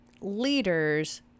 leaders